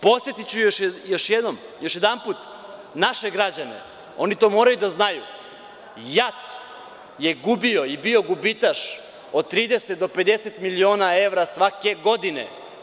Podsetiću još jedanput naše građane, oni to moraju da znaju, JAT je gubio i bio gubitaš od 30 do 50 miliona evra svake godine.